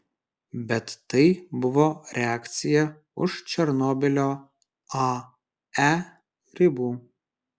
bet tai buvo reakcija už černobylio ae ribų